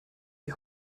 die